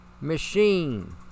machine